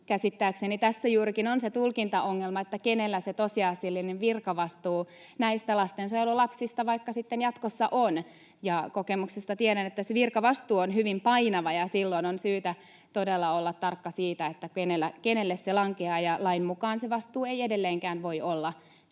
tässä juurikin on se tulkintaongelma, kenellä se tosiasiallinen virkavastuu vaikka näistä lastensuojelulapsista sitten jatkossa on. Kokemuksesta tiedän, että se virkavastuu on hyvin painava, ja silloin on syytä todella olla tarkka siitä, kenelle se lankeaa. Lain mukaan se vastuu ei edelleenkään voi olla